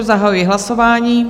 Zahajuji hlasování.